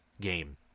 Game